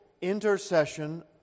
intercession